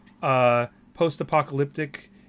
post-apocalyptic